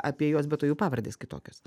apie juos be to jų pavardės kitokios